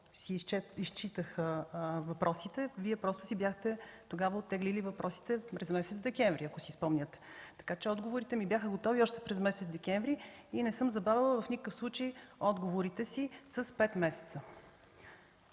се изчитаха въпросите, бяхте ги оттеглили през месец декември, ако си спомняте. Отговорите ми бяха готови още през месец декември и не съм забавила в никакъв случай отговорите си с пет месеца.